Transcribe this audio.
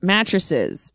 Mattresses